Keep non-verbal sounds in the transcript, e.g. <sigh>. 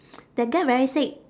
<noise> that get very sick